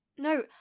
no